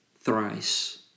thrice